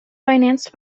financed